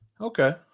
Okay